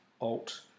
alt